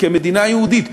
כמדינה יהודית,